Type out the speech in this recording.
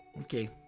okay